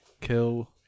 Kill